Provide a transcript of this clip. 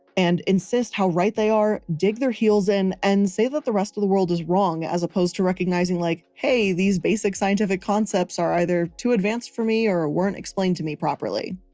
and insist how right they are, dig their heels in and say that the rest of the world is wrong, as opposed to recognizing like, hey, these basic scientific concepts are either too advanced for me, or weren't explained to me properly.